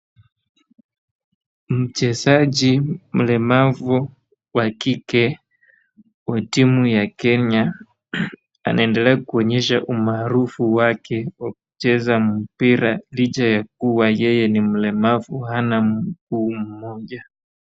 Mchezaji mlemavu wa kike, wa timu ya Kenya, anaendelea kuonyesha umaarufu wake wa kucheza mpira licha ya kuwa yeye ni mlemavu, hana mguu mmoja.